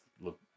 look